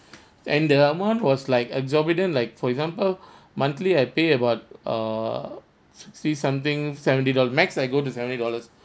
and the amount was like exorbitant like for example monthly I pay about err six something seventy dol~ max I go to seventy dollars